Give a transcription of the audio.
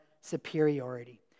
superiority